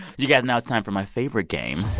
you guys, now it's time for my favorite game.